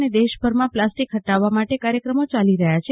અને દેશ ભરમાં પ્લાસ્ટિક હટાવવા માટે કાર્યક્રમો ચાલી રહ્યા છે